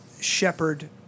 shepherd